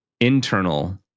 internal